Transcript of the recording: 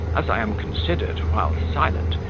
as i am considered, while silent,